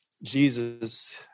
Jesus